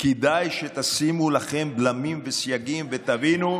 כדאי שתשימו לכם בלמים וסייגים, ותבינו,